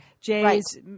Jay's